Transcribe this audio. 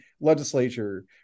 legislature